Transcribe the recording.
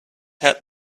head